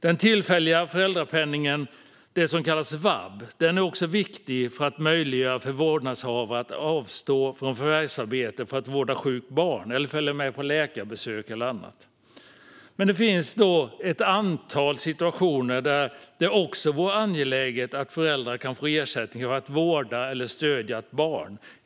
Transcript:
Den tillfälliga föräldrapenningen - det som kallas vab - är viktig för att möjliggöra för vårdnadshavare att avstå från förvärvsarbete för att vårda sjuka barn, följa med på läkarbesök eller annat. Det finns dock ett antal andra situationer där det också vore angeläget att föräldrar kan få ersättning för att vårda eller stödja ett barn.